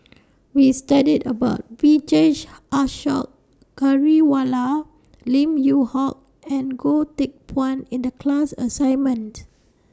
We studied about Vijesh Ashok Ghariwala Lim Yew Hock and Goh Teck Phuan in The class assignments